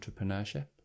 entrepreneurship